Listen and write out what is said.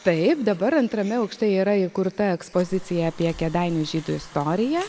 taip dabar antrame aukšte yra įkurta ekspozicija apie kėdainių žydų istoriją